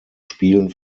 spielen